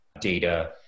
data